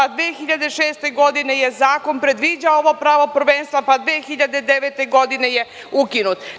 Godine 2006. je zakon predviđao ovo pravo prvenstva, pa je 2009. godine ukinut.